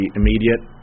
immediate